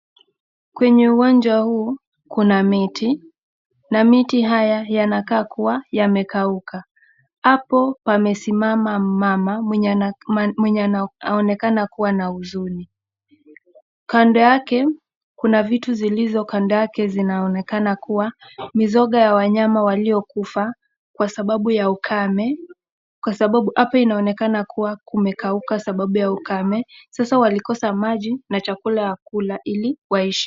Kwenye uwanja huu kuna miti, na miti haya yanakaa kuwa yamekauka. Hapo pame simama mama mwenye anaonekana kuwa na huzuni. Kando yake kuna vitu zilizo kando yake zinaonekana kuwa mizoga ya wanyama waliokufa kwa sababu ya ukame, kwa sababu ,hapa inaoneka walikufa kwa sababu ya ukame sasa walikosa maji na chakula ya kukula ili waishi.